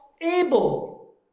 able